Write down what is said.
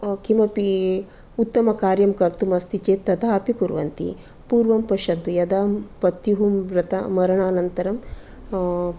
किमपि उत्तमकार्यं कर्तुम् अस्ति चेत् तदापि कुर्वन्ति पूर्वं पश्यन्तु यदा पत्युः मृत मरणानन्तरं